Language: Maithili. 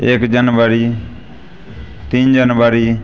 एक जनवरी तीन जनवरी